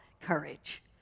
courage